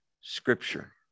Scripture